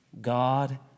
God